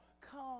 come